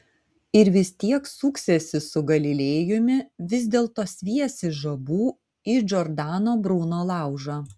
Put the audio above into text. ir vis tiek suksiesi su galilėjumi vis dėlto sviesi žabų į džordano bruno laužą